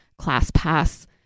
ClassPass